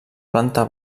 planta